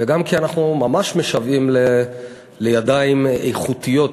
גם כי אנחנו ממש משוועים לידיים איכותיות,